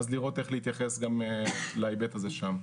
אז לראות איך להתייחס גם להיבט הזה שם.